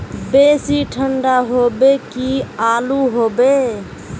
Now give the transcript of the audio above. बेसी ठंडा होबे की आलू होबे